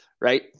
Right